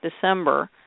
December